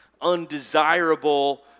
undesirable